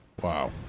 wow